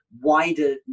wider